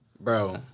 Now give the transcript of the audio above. bro